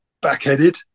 back-headed